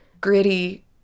gritty